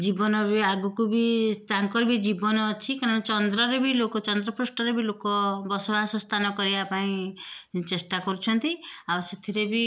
ଜୀବନ ବି ଆଗକୁ ବି ତାଙ୍କର ବି ଜୀବନ ଅଛି କାରଣ ଚନ୍ଦ୍ରରେ ବି ଲୋକ ଚନ୍ଦ୍ର ପୃଷ୍ଠରେ ବି ଲୋକ ବସବାସ ସ୍ଥାନ କରିବା ପାଇଁ ଚେଷ୍ଟା କରୁଛନ୍ତି ଆଉ ସେଥିରେ ବି